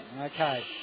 Okay